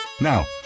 Now